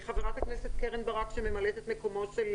חברת הכנסת קרן ברק, שממלאת את מקומו של